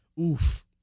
Oof